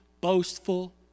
boastful